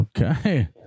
Okay